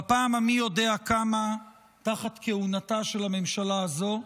בפעם המי-יודע-כמה תחת כהונתה של הממשלה הזו,